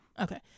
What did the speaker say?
Okay